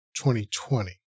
2020